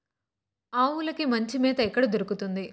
ఆవులకి మంచి మేత ఎక్కడ దొరుకుతుంది?